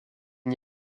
n’y